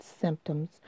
symptoms